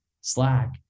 Slack